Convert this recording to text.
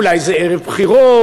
אולי איזה ערב בחירות,